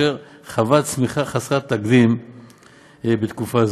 אשר חווה צמיחה חסרת תקדים בתקופה זו.